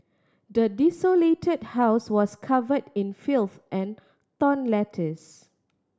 the desolated house was cover in filth and torn letters